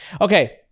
okay